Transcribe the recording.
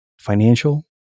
financial